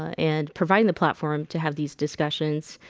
and providing the platform to have these discussions